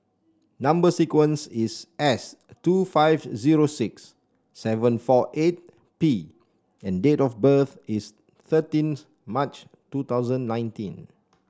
number sequence is S two five zero six seven four eight P and date of birth is thirteenth March two thousand nineteen